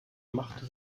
machte